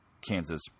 Kansas